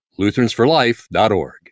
lutheransforlife.org